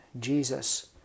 Jesus